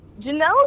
Janelle